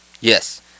Yes